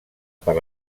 per